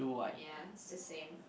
ya it's the same